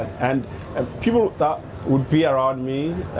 and and people that would be around me,